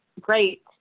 great